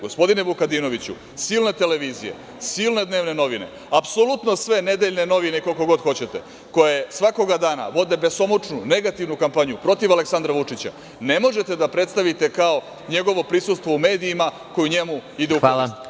Gospodine Vukadivnoviću, silne televizije, silne dnevne novine, apsolutno sve nedeljne novine, koliko god hoćete, koje svakog dana vode besomučnu negativnu kampanju protiv Aleksandra Vučića, ne možete da predstavite kao njegovo prisustvo u medijima koje njemu ide u korist.